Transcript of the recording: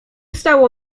stało